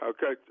Okay